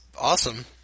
awesome